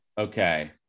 Okay